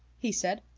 he said.